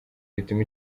bituma